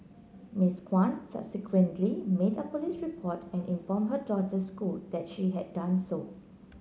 Miss Kwan subsequently made a police report and inform her daughter school that she had done so